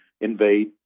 invade